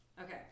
Okay